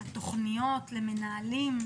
התוכניות למנהלים,